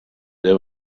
there